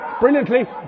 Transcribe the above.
brilliantly